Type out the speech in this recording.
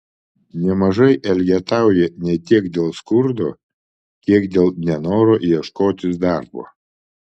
nemažai elgetauja ne tiek dėl skurdo kiek dėl nenoro ieškotis darbo